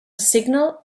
signal